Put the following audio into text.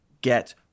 get